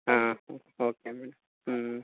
okay madam